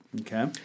Okay